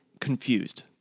confused